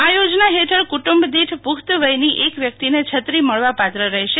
આ યોજના હેઠળ કુટુંબ દીઠ પુખ્ત વયની એક વ્યકિતને છત્રી મળવાપાત્ર રહેશે